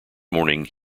morning